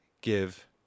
give